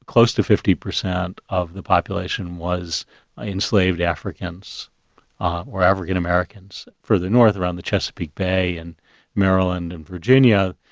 close to fifty percent of the population was enslaved africans or african americans. for the north around the chesapeake bay and maryland and virginia,